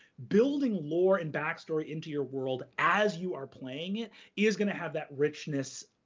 building lore and backstory into your world as you are playing it is gonna have that richness.